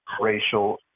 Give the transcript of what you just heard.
racial